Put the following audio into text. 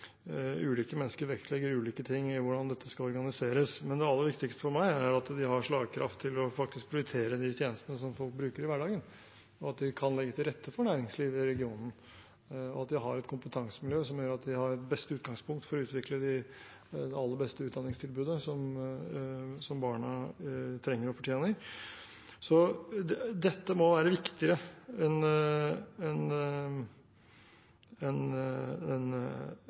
ulike mennesker vektlegger ulike ting i hvordan dette skal organiseres. Men det aller viktigste for meg er at de har slagkraft til faktisk å prioritere de tjenestene folk bruker i hverdagen, og at vi kan legge til rette for næringslivet i regionen, og at vi har et kompetansemiljø som gjør at de har det beste utgangspunkt for å utvikle det aller beste utdanningstilbudet som barna trenger og fortjener. Dette må være viktigere enn